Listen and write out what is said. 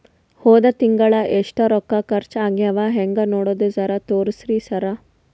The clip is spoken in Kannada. ಹೊದ ತಿಂಗಳ ಎಷ್ಟ ರೊಕ್ಕ ಖರ್ಚಾ ಆಗ್ಯಾವ ಹೆಂಗ ನೋಡದು ಜರಾ ತೋರ್ಸಿ ಸರಾ?